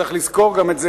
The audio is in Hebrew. צריך לזכור גם את זה,